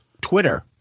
Twitter